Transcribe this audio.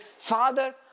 father